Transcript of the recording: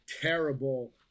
terrible